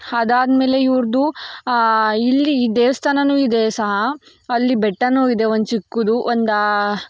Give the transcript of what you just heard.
ಅದಾದ್ಮೇಲೆ ಇವ್ರದ್ದು ಇಲ್ಲಿ ದೇವಸ್ಥಾನವೂ ಇದೆ ಸಹ ಅಲ್ಲಿ ಬೆಟ್ಟವೂ ಇದೆ ಒಂದು ಚಿಕ್ಕದು ಒಂದು